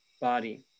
body